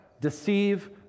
deceive